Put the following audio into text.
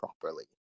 properly